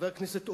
חבר הכנסת אורון,